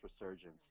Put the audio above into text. resurgence